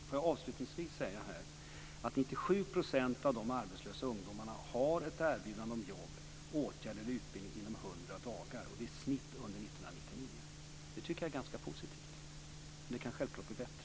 Får jag avslutningsvis säga att 97 % av de arbetslösa ungdomarna har ett erbjudande om jobb, åtgärder eller utbildning inom hundra dagar. Det är snittet under 1999. Det tycker jag är ganska positivt, men det kan självklart bli bättre.